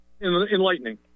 enlightening